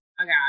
Okay